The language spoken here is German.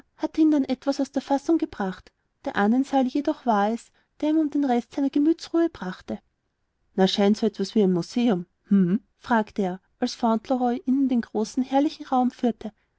hatte ihn dann etwas aus der fassung gebracht der ahnensaal jedoch war es der ihn um den rest seiner gemütsruhe brachte na scheint so was wie ein museum hm fragte er als fauntleroy ihn in den großen herrlichen raum führte